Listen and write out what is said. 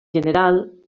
general